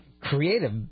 creative